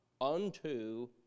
unto